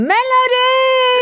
Melody